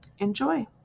enjoy